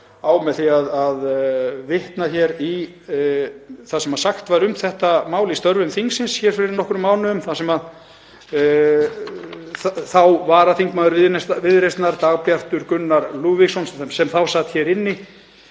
með því að vitna hér í það sem sagt var um þetta mál í störfum þingsins fyrir nokkrum mánuðum þar sem varaþingmaður Viðreisnar, Dagbjartur Gunnar Lúðvíksson, sem þá sat hér inni,